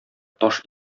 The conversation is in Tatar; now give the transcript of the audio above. таш